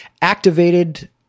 activated